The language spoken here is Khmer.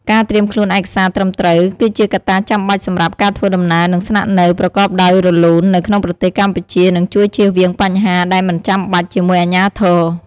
ការត្រៀមខ្លួនឯកសារត្រឹមត្រូវ គឺជាកត្តាចាំបាច់សម្រាប់ការធ្វើដំណើរ និងស្នាក់នៅប្រកបដោយរលូននៅក្នុងប្រទេសកម្ពុជានឹងជួយជៀសវាងបញ្ហាដែលមិនចាំបាច់ជាមួយអាជ្ញាធរ។